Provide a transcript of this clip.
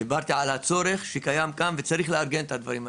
דיברתי על הצורך שקיים כאן וצריך לארגן את הדברים האלה.